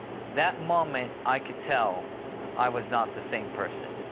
that moment i could tell i was not the same person.